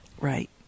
Right